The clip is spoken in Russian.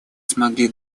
смогли